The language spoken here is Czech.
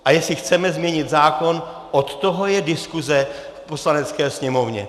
A jestli chceme změnit zákon, od toho je diskuze v Poslanecké sněmovně.